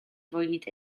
fwyd